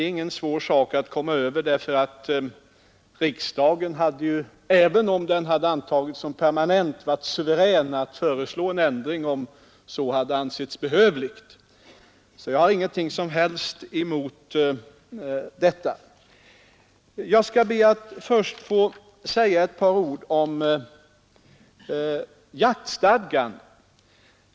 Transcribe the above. Även om lagen hade antagits som permanent, hade riksdagen varit suverän att föreslå en ändring om så hade ansetts ingenting som helst emot en kompromiss. Först ber jag att få säga några ord om jaktstadgan.